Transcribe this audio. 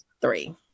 three